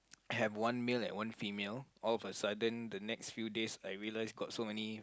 have one male and one female all of a sudden the next few days I realise got so many